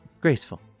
Graceful